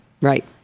Right